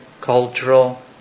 cultural